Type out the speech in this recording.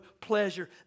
pleasure